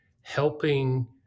helping